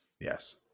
Yes